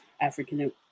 African